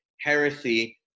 heresy